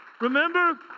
Remember